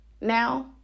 now